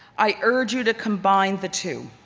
i urge you to combine the two.